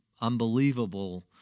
unbelievable